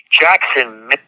Jackson